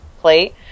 plate